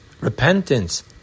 Repentance